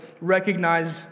recognize